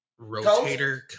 Rotator